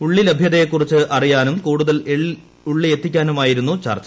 ഉള്ളി ലഭ്യതയെ ക്കുറിച്ച് അറിയാനും കൂടുതൽ ഉള്ളി എത്തിക്കാനുമായിരുന്നു ചർച്ച